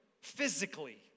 physically